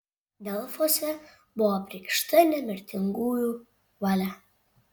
delfuose buvo apreikšta nemirtingųjų valia